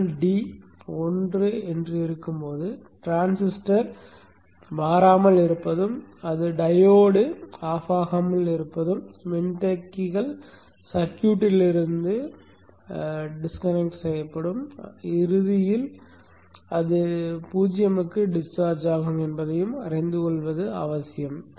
ஆனால் d 1 ஆக இருக்கும் போது டிரான்சிஸ்டர் மாறாமல் இருப்பதும் அது டயோடு அணைக்கப்படாமல் இருப்பதும் மின்தேக்கிகள் சர்க்யூட்டில் இருந்து துண்டிக்கப்படுவதும் இறுதியில் அது 0 க்கு டிஸ்சார்ஜ் ஆகும் என்பதையும் அறிந்து கொள்வது அவசியம்